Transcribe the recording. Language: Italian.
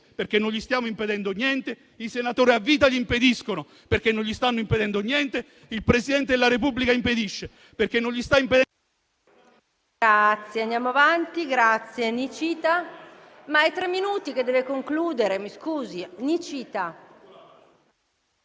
perché non gli stiamo impedendo niente; quello che i senatori a vita gli impediscono, perché non gli stanno impedendo niente; quello che il Presidente della Repubblica gli impedisce, perché non gli sta impedendo niente.